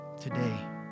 today